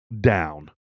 down